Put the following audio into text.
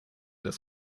das